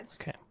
Okay